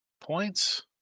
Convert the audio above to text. points